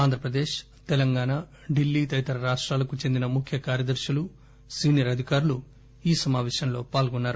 ఆంధ్రప్రదేశ్ తెలంగాణ ఢిల్లీ తదితర రాష్టాలకు చెందిన ముఖ్య కార్యదర్శులు సీనియర్ అధికారులు ఈ సమావేశంలో పాల్గొన్నారు